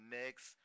next